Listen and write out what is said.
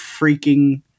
freaking